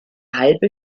halbe